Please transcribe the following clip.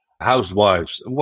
housewives